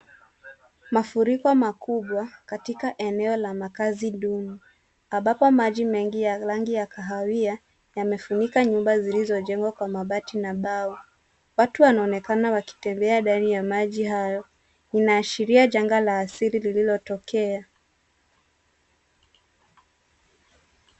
Mafuriko makubwa katika eneo la makazi duni, ambapo maji mengi ya rangi ya kahawia yamefunika nyumba zilizojengwa kwa mabati na mbao. Watu wanaonekana wakitembea ndani ya maji hayo, inaashiria janga la asili lilotokea.